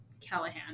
Callahan